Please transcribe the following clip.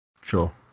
Sure